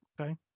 Okay